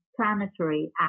planetary